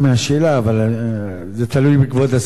אדוני היושב-ראש, כבוד השר,